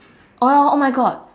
oh oh my God